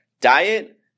diet